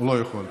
לא יכול.